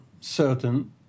certain